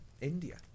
India